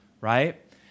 right